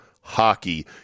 hockey